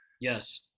Yes